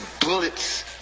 bullets